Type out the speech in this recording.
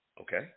okay